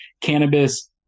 cannabis